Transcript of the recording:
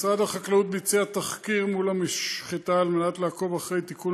משרד החקלאות ביצע תחקיר מול המשחטה על מנת לעקוב אחרי תיקון